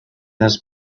his